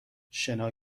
شنا